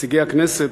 נציגי הכנסת